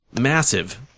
massive